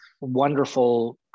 wonderful